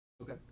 Okay